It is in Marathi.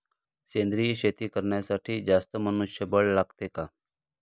सेंद्रिय शेती करण्यासाठी जास्त मनुष्यबळ लागते का?